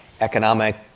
economic